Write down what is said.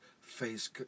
face